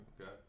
okay